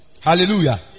Hallelujah